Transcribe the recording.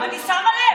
אני שמה לב,